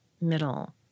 middle